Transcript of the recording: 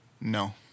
No